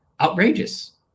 outrageous